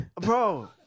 Bro